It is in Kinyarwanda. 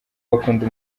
bakunda